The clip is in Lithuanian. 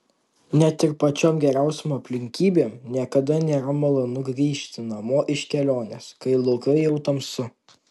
net ir pačiom geriausiom aplinkybėm niekada nėra malonu grįžt namo iš kelionės kai lauke jau tamsu